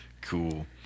Cool